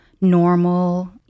normal